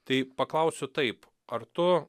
tai paklausiu taip ar tu